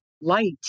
light